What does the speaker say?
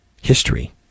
history